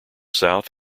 south